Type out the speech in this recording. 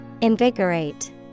Invigorate